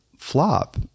flop